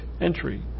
entry